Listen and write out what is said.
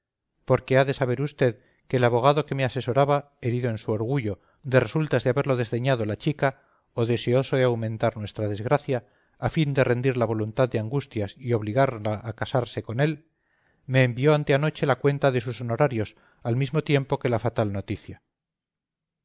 porque ha de saber usted que el abogado que me asesoraba herido en su orgullo de resultas de haberlo desdeñado la chica o deseoso de aumentar nuestra desgracia a fin de rendir la voluntad de angustias y obligarla a casarse con él me envió anteanoche la cuenta de sus honorarios al mismo tiempo que la fatal noticia